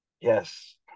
Yes